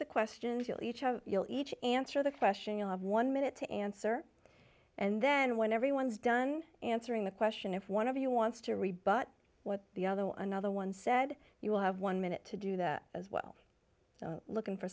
the questions you each of you each answer the question you have one minute to answer and then when everyone's done answering the question if one of you wants to rebut what the other another one said you will have one minute to do that as well looking for